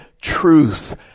truth